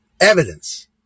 evidence